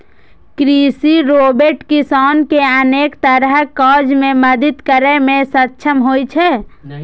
कृषि रोबोट किसान कें अनेक तरहक काज मे मदति करै मे सक्षम होइ छै